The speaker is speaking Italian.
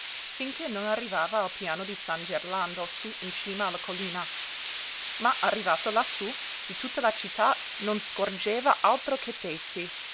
finché non arrivava al piano di san gerlando sú in cima alla collina ma arrivato lassú di tutta la città non scorgeva altro che tetti